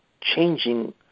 changing